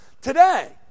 today